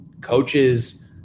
coaches